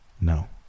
No